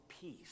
peace